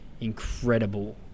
incredible